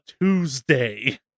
Tuesday